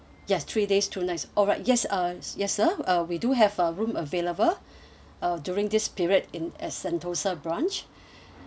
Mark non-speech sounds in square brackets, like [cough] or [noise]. yes three days two nights alright yes uh yes sir uh we do have a room available [breath] uh during this period in at sentosa branch [breath]